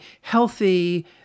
healthy